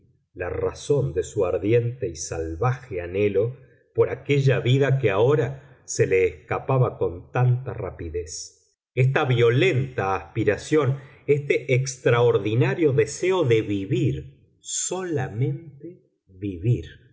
la razón de su ardiente y salvaje anhelo por aquella vida que ahora se le escapaba con tanta rapidez esta violenta aspiración este extraordinario deseo de vivir solamente vivir